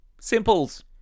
Simples